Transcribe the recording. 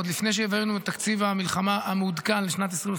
עוד לפני שהבאנו את תקציב המלחמה המעודכן לשנת 2024: